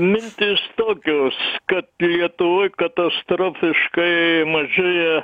mintys tokios kad lietuvoj katastrofiškai mažėja